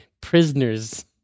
Prisoners